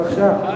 בבקשה,